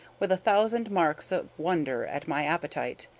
with a thousand marks of wonder at my appetite.